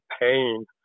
pain